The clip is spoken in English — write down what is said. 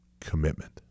commitment